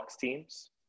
teams